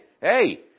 hey